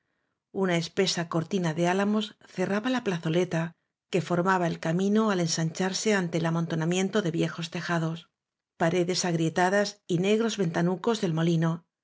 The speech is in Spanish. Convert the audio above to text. una espesa cortina f amos cerraba i ia plazoleta que formaba el camino ensancharse al ante el amontonamiento de viejos tejados pare des agrietadas y negros ventanuco del molino